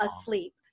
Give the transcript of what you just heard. asleep